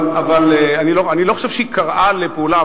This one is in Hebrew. אבל אני לא חושב שהיא קראה לפעולה.